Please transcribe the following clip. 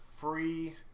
free